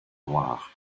noirs